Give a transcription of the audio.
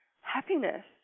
happiness